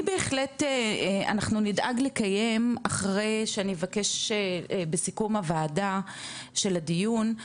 אני בהחלט אנחנו נדאג לקיים אחרי שאני אבקש בסיכום הוועדה של הדיון,